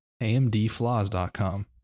amdflaws.com